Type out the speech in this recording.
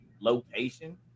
location